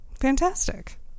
Fantastic